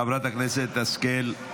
חברת הכנסת השכל.